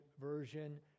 Version